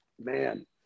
man